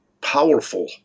powerful